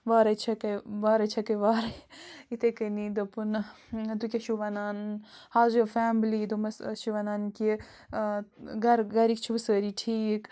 وارَے چھَکھَے وارَے چھَکھَے وارَے یِتھَے کٔنی دوٚپُن تُہۍ کیٛاہ چھُو وَنان ہَو اِز یُوَر فیملی دوٚپمَس أسۍ چھِ وَنان کہِ گَرٕ گَرِکۍ چھُوٕ سٲری ٹھیٖک